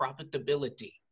profitability